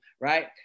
right